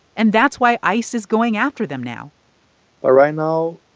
and that's why ice is going after them now but right now,